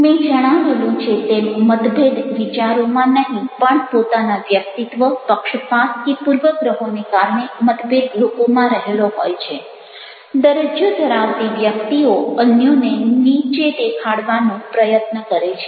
મેં જણાવેલું છે તેમ મતભેદ વિચારોમાં નહિ પણ પોતાના વ્યક્તિત્વ પક્ષપાત કે પૂર્વગ્રહોને કારણે મતભેદ લોકોમાં રહેલો હોય છે દરજ્જો ધરાવતી વ્યક્તિઓ અન્યોને નીચે દેખાડવાનો પ્રયત્ન કરે છે